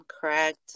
correct